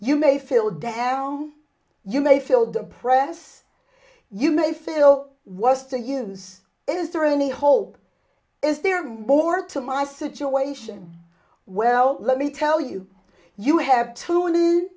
you may feel damn you may feel depress you may feel was to use is there any hope is there bored to my situation well let me tell you you have to listen